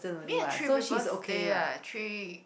me and three people stay ah three